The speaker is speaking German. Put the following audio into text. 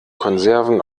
konserven